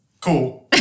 cool